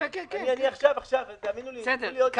כן, בסדר.